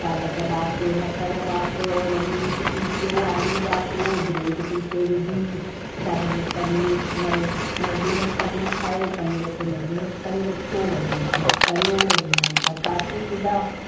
पालक ॿाफ मटर ॿाफ वरी हुननि खे पीसियो आलू ॿाफयो ब्रेड पीसे विधी स्टार्टर में पनीर में मेगीनेट पनीर ठाहियो पनीर खे मेगीनेट करे रखियो वरी हुनखे तरियो वरी हुन जे मथां सासिस विधा